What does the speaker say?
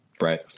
right